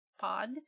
pod